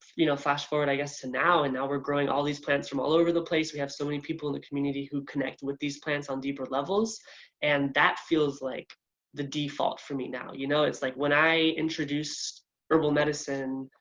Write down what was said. you know flash forward i guess to now, and now we're growing all these plants from all over the place. we have so many people in the community who with these plants on deeper levels and that feels like the default for me now. you know it's like when i introduce herbal medicine,